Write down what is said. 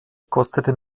kostete